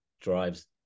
drives